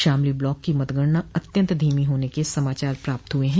Shamli block की मतगणना अत्यंत धीमी होने के समाचार प्राप्त हुये हैं